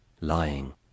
lying